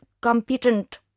competent